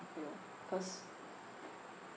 you know cause